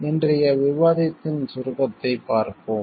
இன்றைய விவாதத்தின் சுருக்கத்தைப் பார்ப்போம்